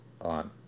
on